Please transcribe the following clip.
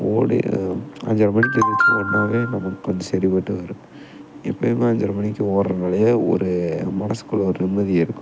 ஓடி அஞ்சரை மணிக்கு எந்திரிச்சு ஓடுனாலே நமக்கு கொஞ்சம் சரிப்பட்டு வரும் எப்போயுமே அஞ்சரை மணிக்கு ஓடுறதனாலேயே ஒரு மனசுக்குள்ளே ஒரு நிம்மதி இருக்கும்